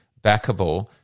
Backable